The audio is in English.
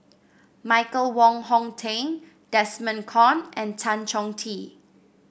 Michael Wong Hong Teng Desmond Kon and Tan Chong Tee